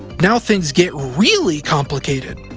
now things get really complicated.